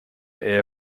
air